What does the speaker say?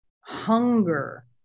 hunger